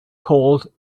called